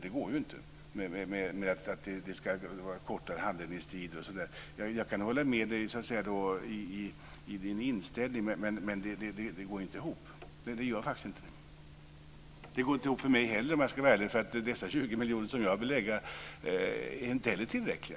Det går ju inte. Jag kan dela Magda Ayoubs inställning, men det går faktiskt inte ihop. Det går inte ihop för mig heller, om jag ska vara ärlig. De 20 miljoner som jag vill avsätta är inte tillräckliga.